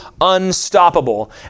unstoppable